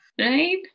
Right